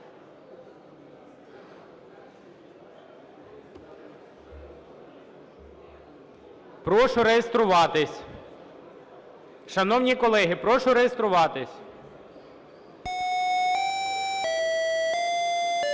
Прошу реєструватись. Шановні колеги, прошу реєструватись. 10:07:53